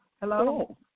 Hello